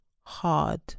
hard